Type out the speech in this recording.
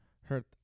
hurt